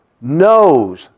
knows